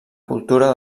cultura